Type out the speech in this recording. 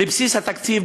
לבסיס התקציב,